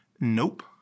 nope